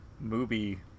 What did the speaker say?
movie